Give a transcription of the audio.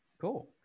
Cool